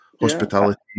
hospitality